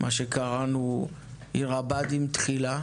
היא מה שקראנו לו: "עיר הבה"דים תחילה".